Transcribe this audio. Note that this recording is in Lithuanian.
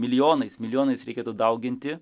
milijonais milijonais reikėtų dauginti